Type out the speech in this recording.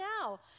now